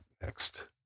next